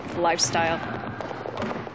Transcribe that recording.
lifestyle